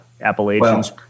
Appalachians